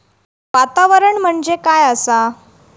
वातावरण म्हणजे काय आसा?